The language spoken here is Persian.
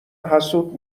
حسود